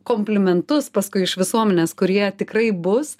komplimentus paskui iš visuomenės kurie tikrai bus